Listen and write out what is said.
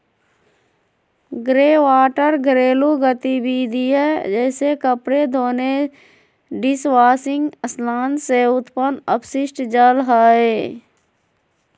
greywater घरेलू गतिविधिय जैसे कपड़े धोने, डिशवाशिंग स्नान से उत्पन्न अपशिष्ट जल हइ